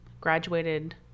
graduated